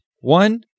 One